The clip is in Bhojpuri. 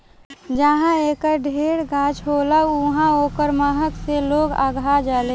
जहाँ एकर ढेर गाछ होला उहाँ ओकरा महक से लोग अघा जालें